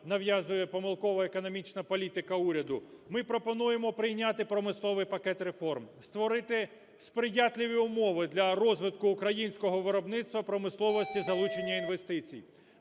нав'язує помилково економічна політика уряду, ми пропонуємо прийняти промисловий пакет реформ. Створити сприятливі умови для розвитку українського виробництва, промисловості, залучення інвестицій,